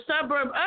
suburb